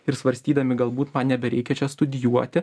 ir svarstydami galbūt man nebereikia čia studijuoti